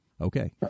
okay